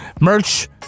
merch